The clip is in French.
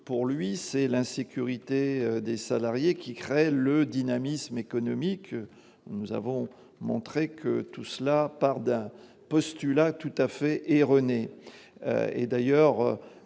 pour lui c'est l'insécurité des salariés qui crée le dynamisme économique, nous avons montré que tout cela part d'un postulat tout à fait et René